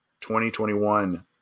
2021